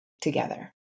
together